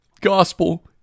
gospel